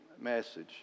Message